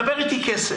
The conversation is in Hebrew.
דבר אתי על כסף.